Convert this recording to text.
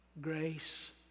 Grace